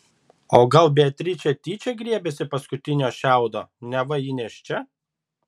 o gal beatričė tyčia griebėsi paskutinio šiaudo neva ji nėščia